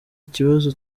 ikibazo